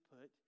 put